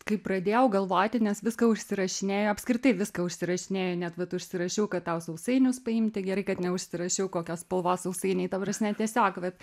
kai pradėjau galvoti nes viską užsirašinėju apskritai viską užsirašinėju net vat užsirašiau kad tau sausainius paimti gerai kad neužsirašiau kokios spalvos sausainiai ta prasme tiesiog vat